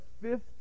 fifth